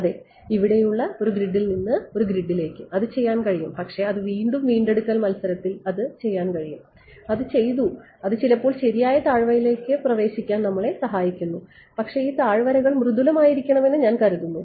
അതെ ഇവിടെ ഒരു ഗ്രിഡിൽ നിന്ന് ഒരു ഗ്രിഡിലേക്ക് അത് ചെയ്യാൻ കഴിയും പക്ഷേ അത് വീണ്ടും ഒരു വീണ്ടെടുക്കൽ മത്സരത്തിൽ അത് ചെയ്യാൻ കഴിയും അത് ചെയ്തു അത് ചിലപ്പോൾ ശരിയായ താഴ്വരയിലേക്ക് പ്രവേശിക്കാൻ നമ്മളെ സഹായിക്കുന്നു പക്ഷേ ഈ താഴ്വരകൾ മൃദുലം ആയിരിക്കുമെന്ന് ഞാൻ കരുതുന്നു